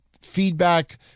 feedback